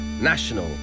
national